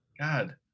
God